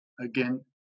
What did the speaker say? again